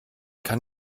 kann